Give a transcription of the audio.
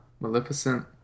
Maleficent